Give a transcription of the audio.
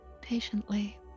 patiently